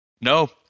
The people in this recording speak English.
no